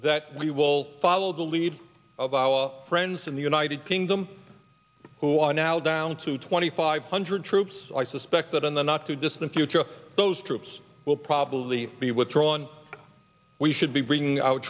that we will follow the lead of our friends in the united kingdom who are now down to twenty five hundred troops i suspect that in the not too distant future those troops will probably be withdrawn we should be bringing ou